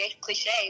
cliche